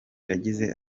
yagize